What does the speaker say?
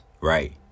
right